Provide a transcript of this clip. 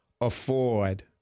afford